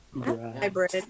Hybrid